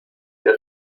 der